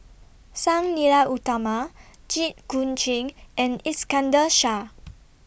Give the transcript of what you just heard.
Sang Nila Utama Jit Koon Ch'ng and Iskandar Shah